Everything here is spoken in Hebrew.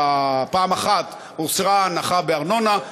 פעם אחת אושרה הנחה בארנונה,